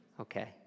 Okay